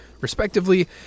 respectively